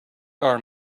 are